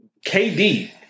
KD